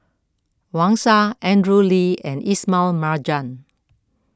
Wang Sha Andrew Lee and Ismail Marjan